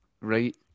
Right